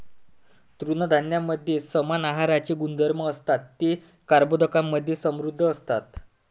तृणधान्यांमध्ये समान आहाराचे गुणधर्म असतात, ते कर्बोदकांमधे समृद्ध असतात